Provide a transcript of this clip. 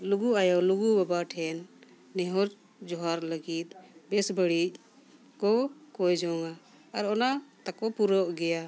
ᱞᱩᱜᱩ ᱟᱭᱳᱼᱞᱩᱜᱩ ᱵᱟᱵᱟ ᱴᱷᱮᱱ ᱱᱮᱦᱚᱨ ᱡᱚᱦᱟᱨ ᱞᱟᱹᱜᱤᱫ ᱵᱮᱥ ᱵᱟᱹᱲᱤᱡ ᱠᱚ ᱠᱚᱭ ᱡᱚᱝᱟ ᱟᱨ ᱚᱱᱟ ᱛᱟᱠᱚ ᱯᱩᱨᱟᱹᱜ ᱜᱮᱭᱟ